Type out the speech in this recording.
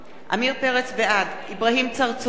בעד אברהים צרצור,